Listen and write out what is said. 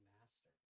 Master*